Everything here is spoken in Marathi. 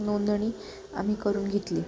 नोंदणी आम्ही करून घेतली